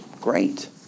Great